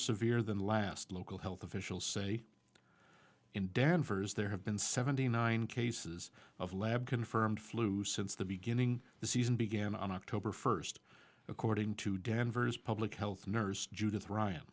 severe than last local health officials say in danvers there have been seventy nine cases of lab confirmed flu since the beginning the season began on october first according to danvers public health nurse judith ryan